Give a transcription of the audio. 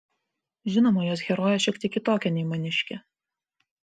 žinoma jos herojė šiek tiek kitokia nei maniškė